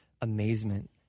amazement